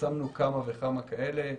פרסמנו כמה וכמה כאלה,